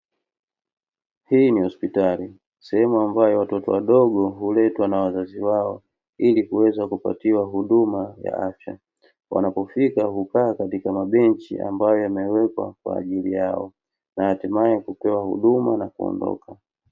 Hii ni hospitali, sehemu ambayo watoto wadogo huletwa na wazazi wao, ilikuweza kupatiwa huduma ya afya. Wanapofika hukaa katika mabenchi ambayo yamewekwa kwa ajili yao, na hatimaye kupewa huduma na kuondoka.